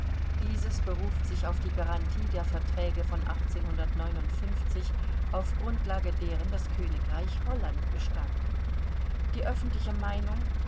dieses beruft sich auf die garantie der verträge von auf grundlage deren das königreich holland bestand die öffentliche meinung